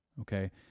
okay